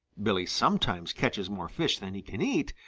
billy sometimes catches more fish than he can eat,